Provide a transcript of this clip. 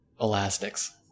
Elastics